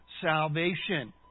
salvation